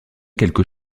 quelque